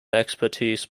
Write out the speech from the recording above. expertise